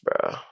bro